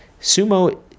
Sumo